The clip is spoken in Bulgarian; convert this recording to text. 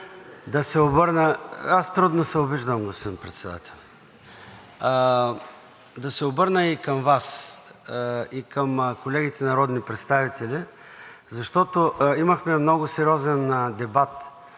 ЙОРДАН ЦОНЕВ: Аз трудно се обиждам. …господин Председател, да се обърна и към Вас, и към колегите народни представители, защото имахме много сериозен дебат